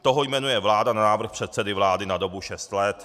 Toho jmenuje vláda na návrh předsedy vlády na dobu šesti let.